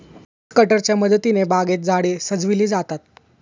hedge कटरच्या मदतीने बागेत झाडे सजविली जातात